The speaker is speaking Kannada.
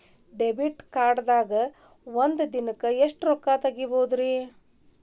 ಡೆಬಿಟ್ ಕಾರ್ಡ್ ದಾಗ ಒಂದ್ ದಿವಸಕ್ಕ ಎಷ್ಟು ದುಡ್ಡ ತೆಗಿಬಹುದ್ರಿ?